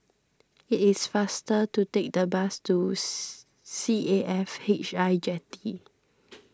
it is faster to take the bus to C A F H I Jetty